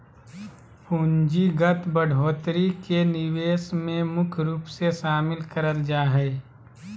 पूंजीगत बढ़ोत्तरी के निवेश मे मुख्य रूप से शामिल करल जा हय